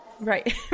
Right